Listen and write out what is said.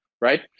right